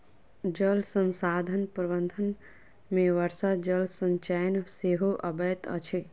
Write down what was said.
जल संसाधन प्रबंधन मे वर्षा जल संचयन सेहो अबैत अछि